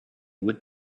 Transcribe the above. would